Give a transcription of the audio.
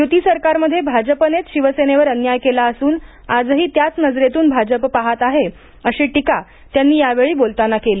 युती सरकारमध्ये भाजपनेच शिवसेनेवर अन्याय केला असून आजही त्याच नजरेतून भाजप पाहत आहे अशी टीका त्यांनी यावेळी बोलताना केली